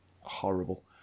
horrible